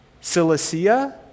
Cilicia